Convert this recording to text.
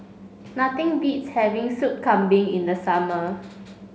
nothing beats having Sup Kambing in the summer